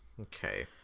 okay